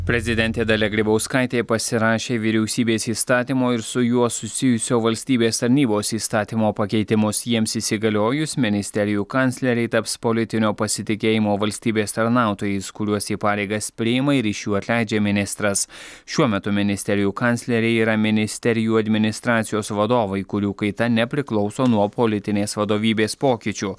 prezidentė dalia grybauskaitė pasirašė vyriausybės įstatymo ir su juo susijusio valstybės tarnybos įstatymo pakeitimus jiems įsigaliojus ministerijų kancleriai taps politinio pasitikėjimo valstybės tarnautojais kuriuos į pareigas priima ir iš jų atleidžia ministras šiuo metu ministerijų kancleriai yra ministerijų administracijos vadovai kurių kaita nepriklauso nuo politinės vadovybės pokyčių